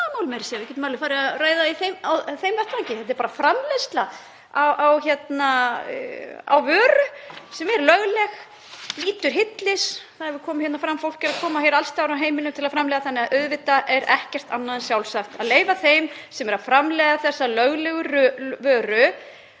að segja, við getum alveg farið að ræða það á þeim vettvangi. Þetta er bara framleiðsla á vöru sem er lögleg, nýtur hylli, það hefur komið fram, fólk er að koma alls staðar að úr heiminum til að framleiða þannig að auðvitað er ekkert annað en sjálfsagt að leyfa þeim sem eru að framleiða þessa löglegu vöru